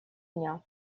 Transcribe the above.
дня